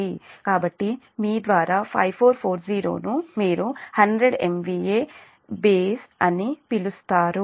కాబట్టి మీ ద్వారా 5440 ను మీరు 100 MVA బేస్ అని పిలుస్తారు